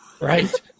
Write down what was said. right